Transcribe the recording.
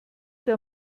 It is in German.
der